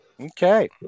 Okay